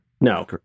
No